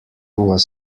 was